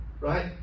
Right